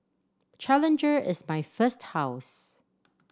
challenger is my first house